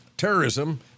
terrorism